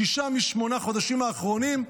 שישה משמונת החודשים האחרונים,